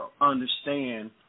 understand